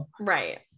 Right